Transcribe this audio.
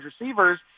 receivers